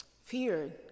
Fear